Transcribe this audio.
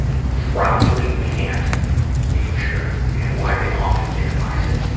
probably can't picture, and why they often minimize it.